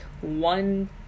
one